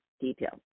details